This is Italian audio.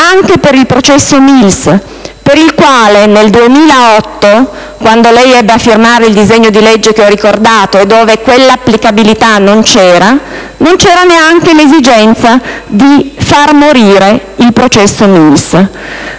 anche per il processo Mills, per il quale nel 2008, quando lei ebbe a firmare il disegno di legge che ho ricordato e dove quella applicabilità non c'era, neanche c'era l'esigenza di far morire il processo.